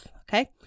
Okay